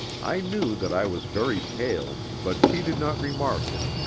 i knew that i was very pale, but she did not remark it.